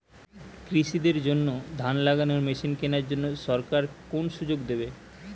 কৃষি দের জন্য ধান লাগানোর মেশিন কেনার জন্য সরকার কোন সুযোগ দেবে?